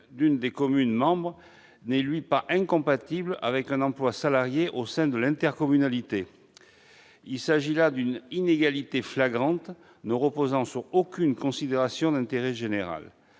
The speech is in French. l'une des communes membres n'est pas, lui, incompatible avec un emploi salarié au sein de l'intercommunalité. Il s'agit là d'une inégalité flagrante, qui ne repose sur aucune considération d'intérêt général.